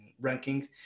ranking